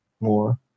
more